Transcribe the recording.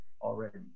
already